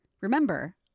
Remember